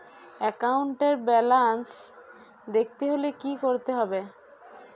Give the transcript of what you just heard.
একাউন্টের ব্যালান্স দেখতে হলে কি করতে হবে?